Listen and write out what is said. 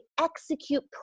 execute